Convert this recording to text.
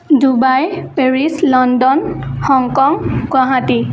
Dubai Paris London Hong Kong Guwahati